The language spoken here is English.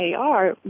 AR